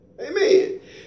Amen